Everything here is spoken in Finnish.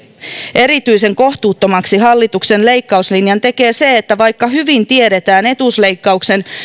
erityisen kohtuuttomaksi hallituksen leikkauslinjan tekee se että vaikka hyvin tiedetään etuusleikkausten